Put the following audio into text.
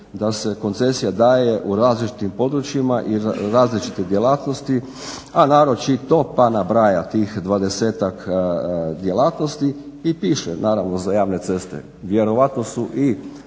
da se koncesija daje u različitim područjima i za različite djelatnosti, a naročito pa nabraja tih 20-tak djelatnosti i piše naravno za javne ceste. Vjerojatno su i